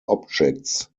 objects